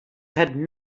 had